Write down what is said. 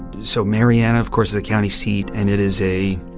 so marianna, of course, is the county seat. and it is a